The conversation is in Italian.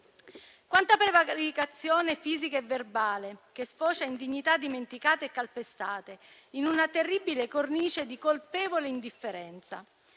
Quanta prevaricazione fisica e verbale, che sfocia in dignità dimenticate e calpestate, in una terribile cornice di colpevole indifferenza,